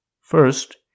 First